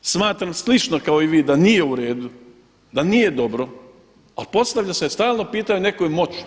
Smatram slično kao i vi da nije u redu da nije dobro, ali postavlja se stalno pitanje o nekoj moći.